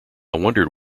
wondered